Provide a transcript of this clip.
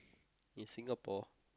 in Singapore